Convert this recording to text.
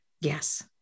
Yes